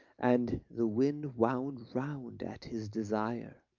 and the wind wound round at his desire,